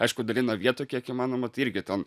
aišku dalina vietoj kiek įmanoma tai irgi ten